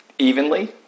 Evenly